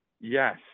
Yes